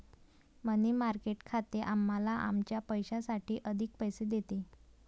मनी market खाते आम्हाला आमच्या पैशासाठी अधिक पैसे देते